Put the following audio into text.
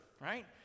right